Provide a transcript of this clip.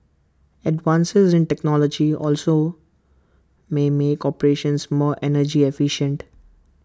advances in technology also may make operations more energy efficient